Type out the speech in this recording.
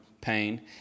pain